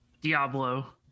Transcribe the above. Diablo